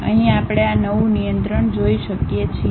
અહીં આપણે આ નવું નિયંત્રણ જોઈ શકીએ છીએ